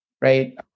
right